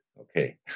okay